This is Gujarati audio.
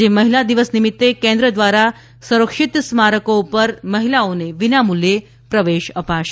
આજે મહિલા દિવસ નિમિત્તે કેન્દ્ર દ્વારા સંરક્ષિત સ્મારકો પર મહિલાઓને વિનામુલ્યે પ્રવેશ અપાશે